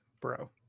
Bro